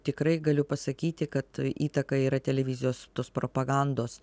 tikrai galiu pasakyti kad įtaka yra televizijos tos propagandos